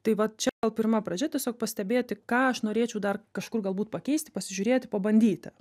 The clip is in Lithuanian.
tai vat čia gal pirma pradžia tiesiog pastebėti ką aš norėčiau dar kažkur galbūt pakeisti pasižiūrėti pabandyti